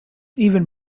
even